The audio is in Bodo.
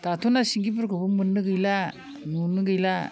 दाथ' ना सिंगिफोरखौबो मोननो गैला नुनो गैला